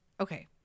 Okay